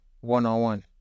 one-on-one